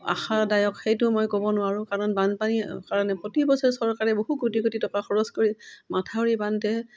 আশাদায়ক সেইটো মই ক'ব নোৱাৰোঁ কাৰণ বানপানীৰ কাৰণে প্ৰতি বছৰে চৰকাৰে বহু কোটি কোটি টকা খৰচ কৰি মথাউৰি বান্ধে